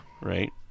Right